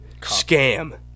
scam